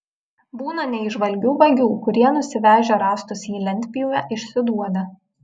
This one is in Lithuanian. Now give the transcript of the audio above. būna neįžvalgių vagių kurie nusivežę rąstus į lentpjūvę išsiduoda